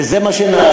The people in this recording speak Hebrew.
וזה מה שנעשה.